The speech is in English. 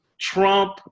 Trump